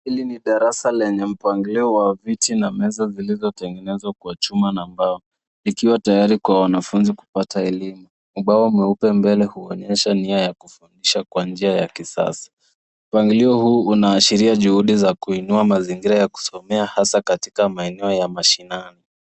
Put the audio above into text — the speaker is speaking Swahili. Hii ni darasa lenye mpangilio wa viti na meza vilivyotengenezwa kwa chuma na mbao vikiwa tayari kwa wanafunzi kupata elimu. Ubao mweupe mbele huonyesha nia ya kufundisha kwa njia ya kisasa. Mpangilio huu unashiria juhudi za kuinua mazingira ya kusomea hasa katika maeneo ya mashinani.